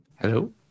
Hello